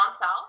south